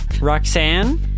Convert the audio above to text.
Roxanne